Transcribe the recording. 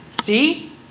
See